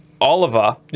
oliver